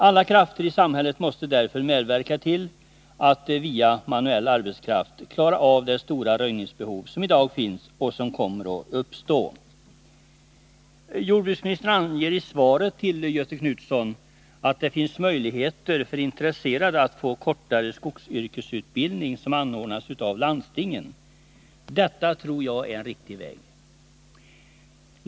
Alla krafter i samhället måste därför medverka till att med manuell arbetskraft klara av det stora röjningsbehov som i dag finns och som kommer att uppstå. Jordbruksministern anger i svaret till Göthe Knutson att det finns möjligheter för intresserade att få kortare skogsyrkesutbildning som anordnas av landstingen. Jag tror att detta är en riktig väg att gå.